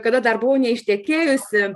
kada dar buvau neištekėjusi